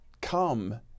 come